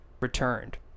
returned